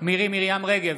מירי מרים רגב,